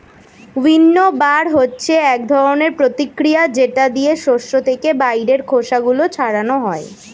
উইন্নবার হচ্ছে এক ধরনের প্রতিক্রিয়া যেটা দিয়ে শস্য থেকে বাইরের খোসা গুলো ছাড়ানো হয়